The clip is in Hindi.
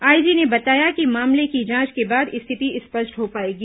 आईजी ने बताया कि मामले की जांच के बाद स्थिति स्पष्ट हो पाएगी